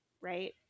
right